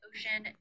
Ocean